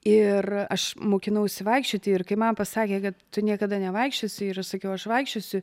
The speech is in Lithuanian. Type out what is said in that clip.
ir aš mokinausi vaikščioti ir kai man pasakė kad tu niekada nevaikščiosi ir aš sakiau aš vaikščiosiu